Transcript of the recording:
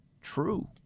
true